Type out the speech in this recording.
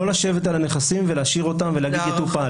לא לשבת על הנכסים ולהשאיר אותם, ולהגיד: יטופל.